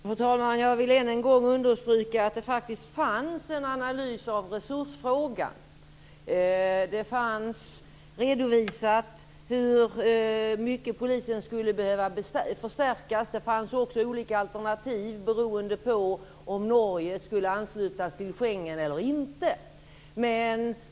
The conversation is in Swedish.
Fru talman! Jag vill än en gång understryka att det faktiskt fanns en analys av resursfrågan. Det fanns redovisat hur mycket polisen skulle behöva förstärkas. Det fanns också redovisat olika alternativ beroende på om Norge skulle anslutas till Schengensamarbetet eller inte.